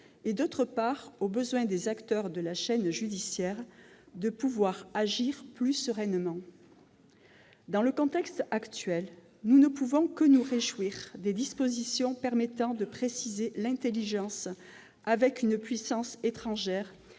et, d'autre part, aux besoins des acteurs de la chaîne judiciaire pour agir plus sereinement. Dans le contexte actuel, nous ne pouvons que nous réjouir des dispositions permettant de préciser l'intelligence avec une puissance étrangère